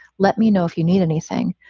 let me know if you need anything,